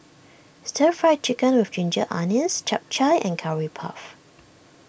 Stir Fried Chicken with Ginger Onions Chap Chai and Curry Puff